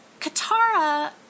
Katara